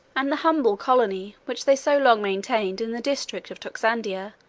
and the humble colony, which they so long maintained in the district of toxandia,